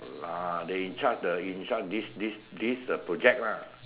ah they in charge the in charge this this uh project lah